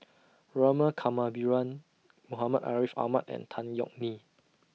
Rama Kannabiran Muhammad Ariff Ahmad and Tan Yeok Nee